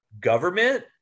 government